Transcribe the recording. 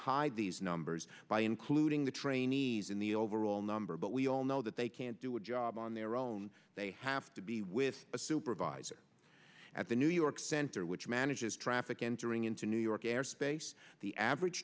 hide these numbers by including the trainees in the overall number but we all know that they can't do a job on their own they have to be with a supervisor at the new york center which manages traffic entering into new york airspace the average